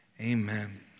Amen